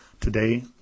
today